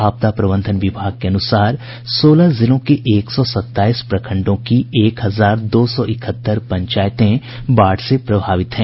आपदा प्रबंधन विभाग के अनुसार सोलह जिलों के एक सौ सताईस प्रखंडों की एक हजार दो सौ इकहत्तर पंचायतें बाढ़ से प्रभावित हैं